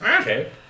Okay